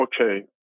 okay